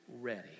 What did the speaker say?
ready